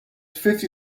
fifty